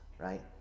right